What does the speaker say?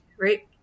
right